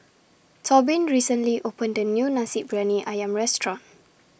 Tobin recently opened A New Nasi Briyani Ayam Restaurant